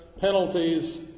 penalties